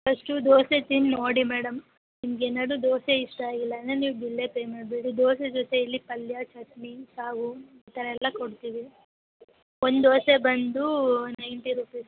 first dosa ತಿಂದು ನೋಡಿ madam ನಿಮ್ಗೆ ಏನಾದ್ರು ದೋಸೆ ಇಷ್ಟ ಆಗಿಲ್ಲ ಅಂದರೆ ನೀವು ಬಿಲ್ಲೇ ಪೇ ಮಾಡಬೇಡಿ ದೋಸೆ ಜೊತೆ ಇಲ್ಲಿ ಪಲ್ಯ ಚಟ್ನಿ ಸಾಗೂ ಈ ಥರ ಎಲ್ಲ ಕೊಡ್ತೀವಿ ಒಂದು ದೋಸೆ ಬಂದು ನೈನ್ಟಿ ರುಪೀಸು